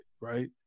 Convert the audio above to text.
right